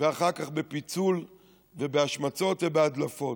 ואחר כך בפיצול ובהשמצות ובהדלפות.